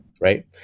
right